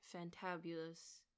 fantabulous